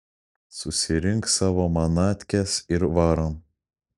susirink savo manatkes ir varom